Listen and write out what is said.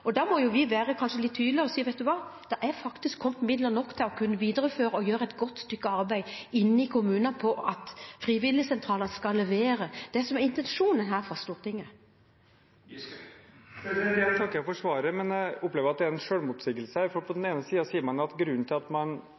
Da må vi kanskje være litt tydelige og si: Vet dere hva, det er faktisk kommet nok midler til å kunne videreføre og gjøre et godt stykke arbeid i kommunene for at frivilligsentralene skal kunne levere det som var intensjonen her fra Stortinget. Igjen takker jeg for svaret, men jeg opplever at det er en selvmotsigelse her. På den ene siden sier man at grunnen til at man